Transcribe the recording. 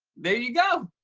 there you go.